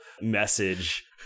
message